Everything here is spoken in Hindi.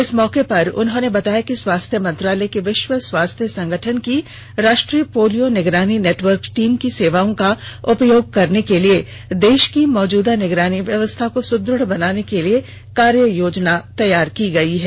इस मौके पर उन्होंने बताया कि स्वास्थ्य मंत्रालय के विश्व स्वास्थ्य संगठन की राष्ट्रीय पोलियो निगरानी नेटवर्क टीम की सेवाओं का उपयोग करने के लिए देश की मौजूदा निगरानी व्यवस्था को सुदृढ़ बनाने के लिए कार्य योजना तैयार की गई है